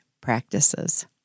practices